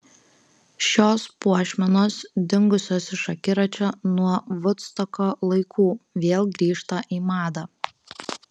šios puošmenos dingusios iš akiračio nuo vudstoko laikų vėl grįžta į madą